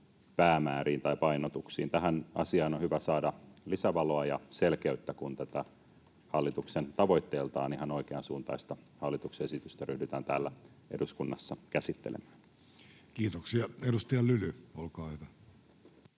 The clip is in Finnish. päämääriin tai painotuksiin? Tähän asiaan on hyvä saada lisävaloa ja selkeyttä, kun tätä hallituksen tavoitteeltaan ihan oikeansuuntaista esitystä ryhdytään täällä eduskunnassa käsittelemään. Kiitoksia. — Edustaja Lyly, olkaa hyvä.